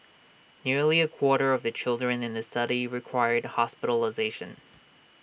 nearly A quarter of the children in the study required hospitalisation